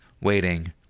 waiting